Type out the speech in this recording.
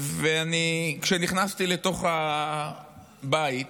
כשנכנסתי לתוך הבית,